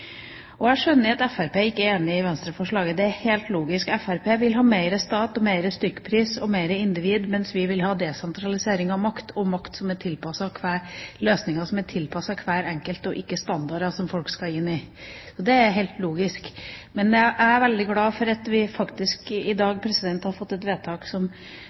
Jeg skjønner at Fremskrittspartiet ikke er enig i Venstres forslag – det er helt logisk. Fremskrittspartiet vil ha mer stat og mer stykkpris og mer individ, mens vi vil ha desentralisering av makt og løsninger som er tilpasset hver enkelt, og ikke standarder som folk skal inn i. Så det er helt logisk. Men jeg er veldig glad for at vi i dag har fått et forslag fra Høyre og Kristelig Folkeparti som